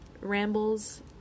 rambles